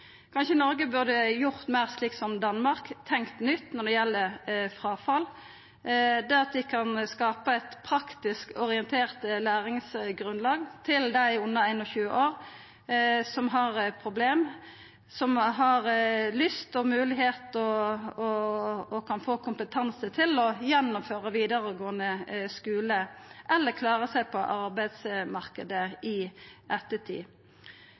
Noreg burde gjort meir slik som Danmark – tenkt nytt når det gjeld fråfall, ved at ein kan skapa eit praktisk orientert læringsgrunnlag til dei under 21 år som har problem, og som har lyst og moglegheit og kan få kompetanse til å gjennomføra vidaregåande skule eller klara seg på arbeidsmarknaden i ettertid.